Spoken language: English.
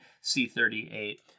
C-38